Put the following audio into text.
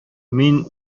мин